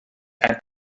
and